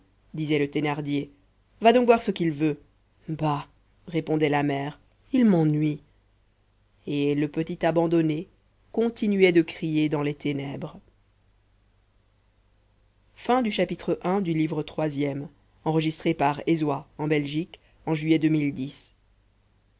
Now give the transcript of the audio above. disait thénardier va donc voir ce qu'il veut bah répondait la mère il m'ennuie et le petit abandonné continuait de crier dans les ténèbres